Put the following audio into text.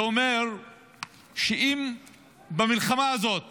זה אומר שאם במלחמה הזאת